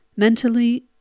mentally